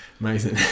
Amazing